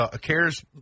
cares